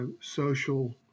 social